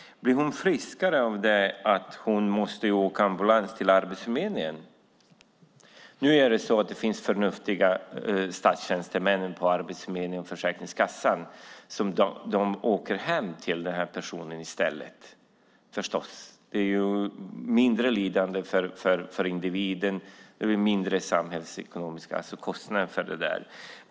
Blir hon friskare av att hon måste åka ambulans till Arbetsförmedlingen? Nu finns det förstås förnuftiga statstjänstemän på Arbetsförmedlingen och Försäkringskassan som i stället åker hem till dessa personer. Det blir mindre lidande för individen och mindre samhällsekonomiska kostnader.